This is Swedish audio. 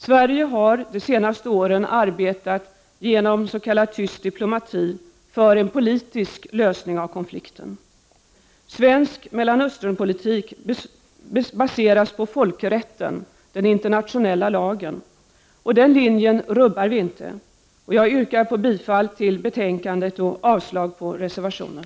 Sverige har de senaste åren arbetat genom s.k. tyst diplomati för en politisk lösning av konflikten. Svensk Mellanösternpolitik baseras på folkrätten, den internationella lagen. Den linjen rubbar vi inte. Jag yrkar bifall till utskottets hemställan och avslag på reservationen.